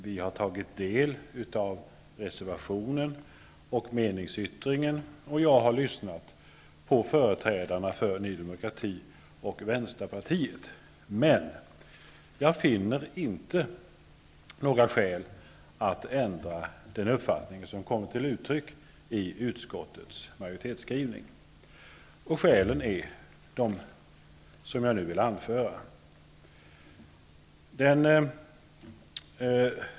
Vi har tagit del av reservationen och meningsyttringen, och jag har lyssnat på företrädare för Ny demokrati och Centerpartiet. Men jag finner inte några skäl att ändra den uppfattning som kommer till uttryck i utskottsmajoritetens skrivning. Skälen till det är de som jag nu vill anföra.